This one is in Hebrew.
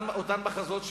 אותם מחזות,